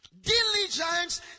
Diligence